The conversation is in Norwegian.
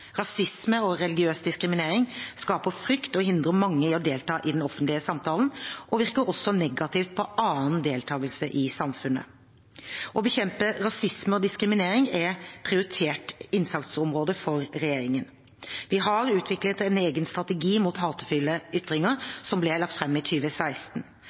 og religiøs diskriminering skaper frykt og hindrer mange i å delta i den offentlige samtalen og virker også negativt på annen deltakelse i samfunnet. Å bekjempe rasisme og diskriminering er prioriterte innsatsområder for regjeringen. Vi har utviklet en egen strategi mot hatefulle ytringer, som ble lagt fram i